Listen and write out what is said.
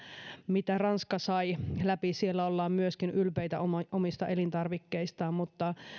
mitä ranska sai läpi siellä ollaan myöskin ylpeitä omista omista elintarvikkeista mutta